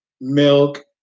Milk